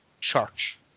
church